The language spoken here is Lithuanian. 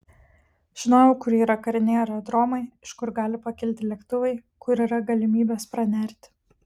žinojau kur yra kariniai aerodromai iš kur gali pakilti lėktuvai kur yra galimybės pranerti